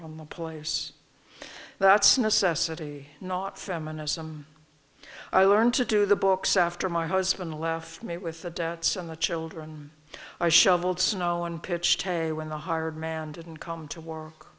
the place that's necessity not feminism i learned to do the books after my husband left me with the debts and the children i shoveled snow and pitched hay when the hard man didn't come to work